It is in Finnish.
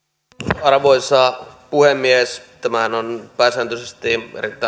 arvoisa puhemies tämähän on pääsääntöisesti erittäin